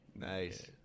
Nice